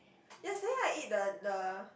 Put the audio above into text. yesterday I eat the the